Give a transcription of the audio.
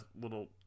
little